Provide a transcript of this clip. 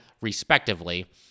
respectively